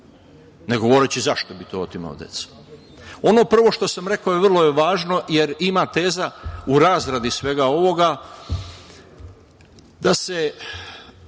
ne govoreći zašto bi otimala decu. Ono prvo što sam rekao vrlo je važno jer ima teza u razradi svega ovoga da se